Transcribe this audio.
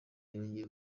yongeye